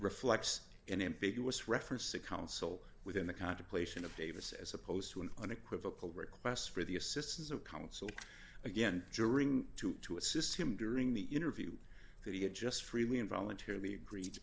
reflects an ambiguous reference to counsel within the contemplation of davis as opposed to an unequivocal request for the assistance of counsel again during two to assist him during the interview that he had just freely and voluntarily agreed